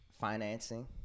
financing